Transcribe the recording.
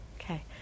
Okay